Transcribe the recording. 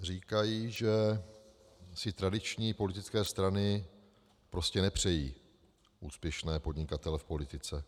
Říkají, že si tradiční politické strany prostě nepřejí úspěšné podnikatele v politice.